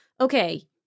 okay